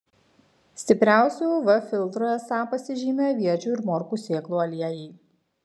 stipriausiu uv filtru esą pasižymi aviečių ir morkų sėklų aliejai